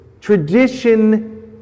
Tradition